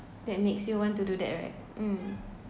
that makes you want to do that right mm